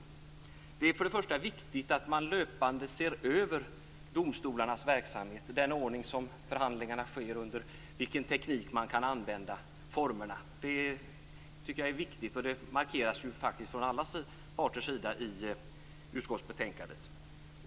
Först och främst är det viktigt att löpande se över domstolarnas verksamhet - den ordning i vilken förhandlingarna sker, vilken teknik som kan användas och formerna. Det här tycker jag är viktigt och det markeras faktiskt från alla parters sida i utskottsbetänkandet.